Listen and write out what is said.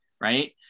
Right